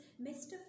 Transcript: Mr